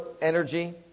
energy